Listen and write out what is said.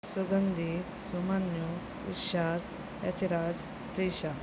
Sugandhi Sumanyu Ishad Yatiraj Trisha